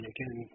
Again